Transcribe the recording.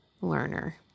learner